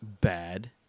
bad